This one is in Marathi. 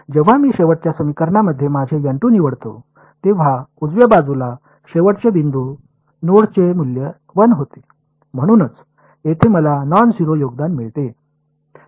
जेव्हा मी शेवटच्या समीकरणामध्ये माझे निवडतो तेव्हा उजव्या बाजूला शेवटचे बिंदू नोडचे मूल्य 1 होते म्हणूनच येथे मला नॉन झेरो योगदान मिळते